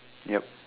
yup